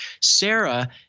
Sarah